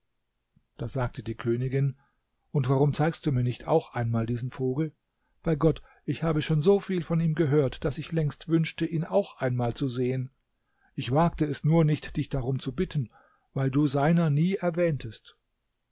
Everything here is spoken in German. da sagte die königin und warum zeigst du mir nicht auch einmal diesen vogel bei gott ich habe schon so viel von ihm gehört daß ich längst wünschte ihn auch einmal zu sehen ich wagte es nur nicht dich darum zu bitten weil du seiner nie erwähntest